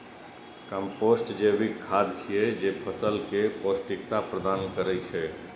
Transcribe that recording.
compost जैविक खाद छियै, जे फसल कें पौष्टिकता प्रदान करै छै